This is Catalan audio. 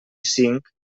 cinc